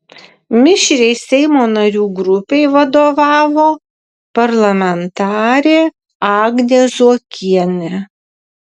mišriai seimo narių grupei vadovavo parlamentarė agnė zuokienė